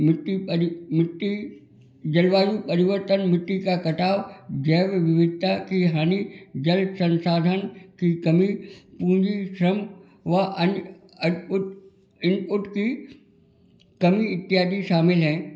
मिट्टी मिट्टी जलवायु परिवर्तन मिट्टी का कटाव जैव विविधता की हानि जल संसाधन की कमी पूरी श्रम व अन्य अद्भुत इनपुट की कमी इत्यादि शामिल हैं